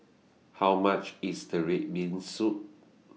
How much IS The Red Bean Soup